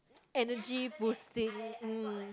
energy boosting mm